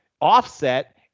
offset